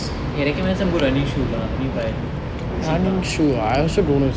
eh can recommend some good running shoes lah I need to buy